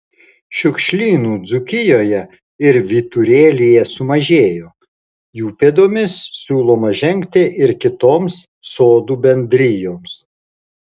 šiukšlynų dzūkijoje ir vyturėlyje sumažėjo jų pėdomis siūloma žengti ir kitoms sodų bendrijoms